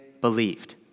believed